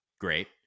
great